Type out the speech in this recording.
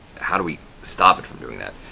how do we stop it from doing that?